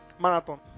marathon